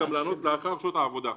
גם לענות לאחר שעות העבודה.